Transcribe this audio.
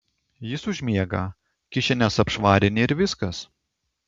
jis užmiega kišenes apšvarini ir viskas